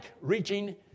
reaching